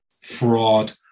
fraud